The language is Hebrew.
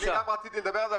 אני גם רציתי לדבר על זה,